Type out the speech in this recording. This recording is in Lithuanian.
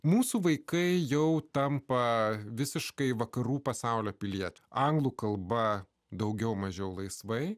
mūsų vaikai jau tampa visiškai vakarų pasaulio piliete anglų kalba daugiau mažiau laisvai